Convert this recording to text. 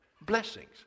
blessings